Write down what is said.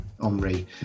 Omri